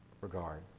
regard